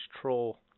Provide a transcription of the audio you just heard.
troll